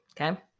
Okay